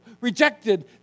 rejected